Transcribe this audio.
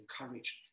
encouraged